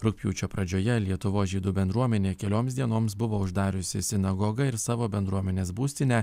rugpjūčio pradžioje lietuvos žydų bendruomenė kelioms dienoms buvo uždariusi sinagogą ir savo bendruomenės būstinę